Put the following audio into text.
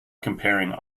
comparing